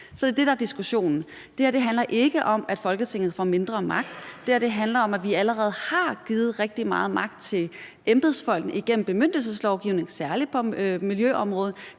Så det er det, der er diskussionen. Det her handler ikke om, at Folketinget får mindre magt; det her handler om, at vi allerede har givet rigtig meget magt til embedsfolkene igennem bemyndigelseslovgivningen, særlig på miljøområdet.